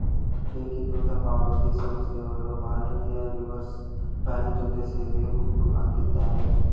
ಏಕೀಕೃತ ಪಾವತಿ ಸಂಸ್ಥೆಯವರು ಭಾರತೀಯ ರಿವರ್ಸ್ ಬ್ಯಾಂಕ್ ಜೊತೆ ಸೇರಿ ಹುಟ್ಟುಹಾಕಿದ್ದಾರೆ